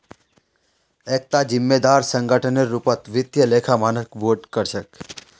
एकता जिम्मेदार संगठनेर रूपत वित्तीय लेखा मानक बोर्ड काम कर छेक